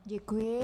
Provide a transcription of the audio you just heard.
Děkuji.